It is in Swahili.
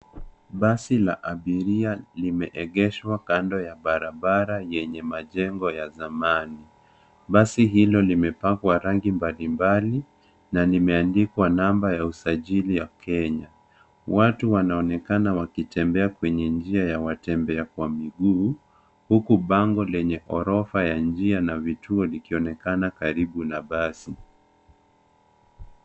Basi la abiria limeegeshwa kando ya barabara yenye majengo ya zamani. Basi hilo limepangwa rangi mbalimbali na nimeandikwa namba ya usajili ya Kenya. Watu wanaonekana wakitembea kwenye njia ya watembea kwa miguu huku bango lenye ghorofa ya njia na vituo vikionekana karibu na basi.